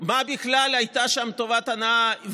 מה בכלל הייתה שם טובת ההנאה,